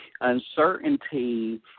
uncertainty